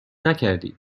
نکردید